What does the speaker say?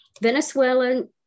Venezuelan